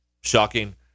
shocking